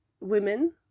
women